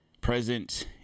present